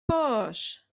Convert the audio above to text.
باش